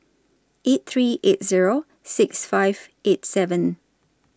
eight three eight Zero six five eight seven